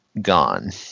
gone